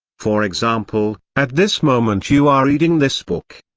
for example, at this moment you are reading this book.